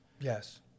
Yes